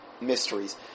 Mysteries